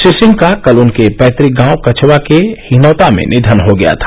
श्री सिंह का कल उनके पैतुक गांव कछवा के हिनौता में निधन हो गया था